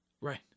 Right